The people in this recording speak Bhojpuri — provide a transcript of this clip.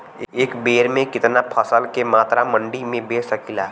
एक बेर में कितना फसल के मात्रा मंडी में बेच सकीला?